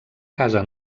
casa